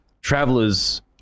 travelers